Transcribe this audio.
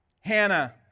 Hannah